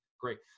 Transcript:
Great